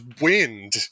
wind